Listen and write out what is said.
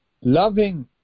loving